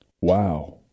Wow